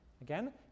Again